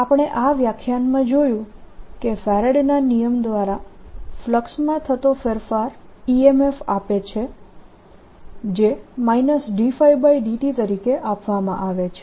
તો આપણે આ વ્યાખ્યાનમાં જોયું કે ફેરાડેના નિયમ દ્વારા ફલક્સમાં થતો ફેરફાર EMF આપે છે જે dϕdt તરીકે આપવામાં આવે છે